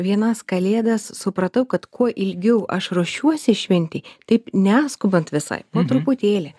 vienas kalėdas supratau kad kuo ilgiau aš ruošiuosi šventei taip neskubant visai po truputėlį